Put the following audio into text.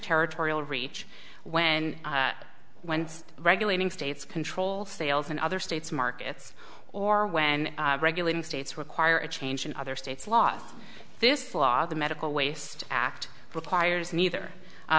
territorial reach when when regulating states control sales in other states markets or when regulating states require a change in other states lost this law the medical waste act requires neither